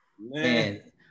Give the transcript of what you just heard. man